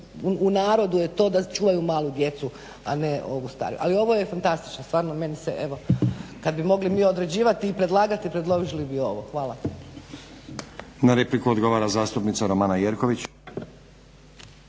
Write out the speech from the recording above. u narodu je to da čuvaju malu djecu, a ne ovu stariju, ali ovo je fantastično stvarno meni se evo, kad bi mogli mi određivati i predlagati predložili bi ovo. Hvala. **Stazić, Nenad (SDP)** Na repliku odgovara zastupnica Romana Jerković.